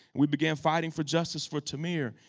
we began fighting for justice for tamir.